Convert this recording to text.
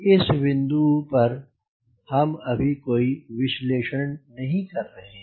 इस विन्दु पर हम अभी कोई विश्लेषण नहीं कर रहे हैं